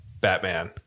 Batman